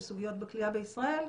'סוגיות בכליאה בישראל',